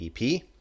EP